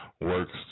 works